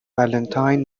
ولنتاین